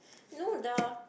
no the